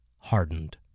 hardened